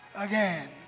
again